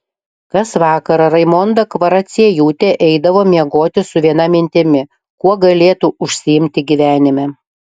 kas vakarą raimonda kvaraciejūtė eidavo miegoti su viena mintimi kuo galėtų užsiimti gyvenime